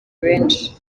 benshi